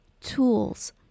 tools